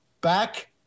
back